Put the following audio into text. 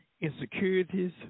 insecurities